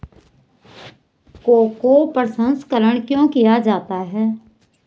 Cocoa प्रसंस्करण क्यों किया जाता है?